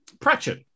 Pratchett